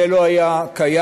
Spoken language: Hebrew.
זה לא היה קיים.